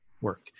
work